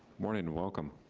morning and welcome.